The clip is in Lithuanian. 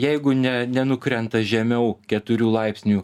jeigu ne nenukrenta žemiau keturių laipsnių